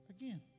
again